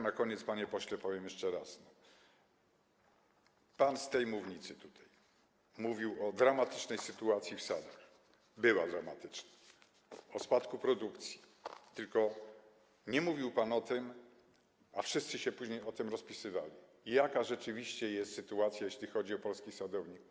Na koniec, panie pośle, powiem jeszcze raz: pan z tej mównicy mówił o dramatycznej sytuacji w sadach - była dramatyczna - o spadku produkcji, tylko nie mówił pan o tym, a wszyscy później rozpisywali się o tym, jaka rzeczywiście jest sytuacja, jeśli chodzi o polskich sadowników.